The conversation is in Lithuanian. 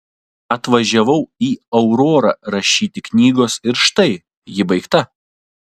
atvažiavau į aurorą rašyti knygos ir štai ji baigta